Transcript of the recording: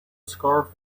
scarf